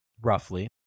roughly